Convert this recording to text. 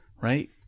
Right